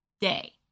Day